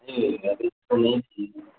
ٹھیک ہے ٹھیک ہے